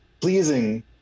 pleasing